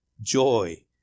joy